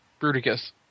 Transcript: Bruticus